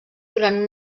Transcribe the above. durant